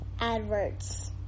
Adverts